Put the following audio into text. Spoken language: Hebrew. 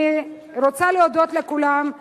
אני רוצה להודות לכולם,